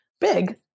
big